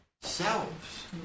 selves